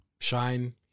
Shine